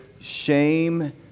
shame